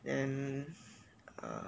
and uh